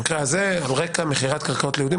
במקרה הזה על רקע מכירת קרקעות ליהודים,